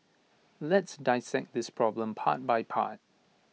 let's dissect this problem part by part